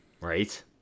Right